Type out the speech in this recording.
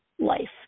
life